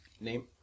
Name